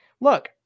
look